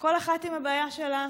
כל אחת עם הבעיה שלה,